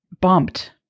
bumped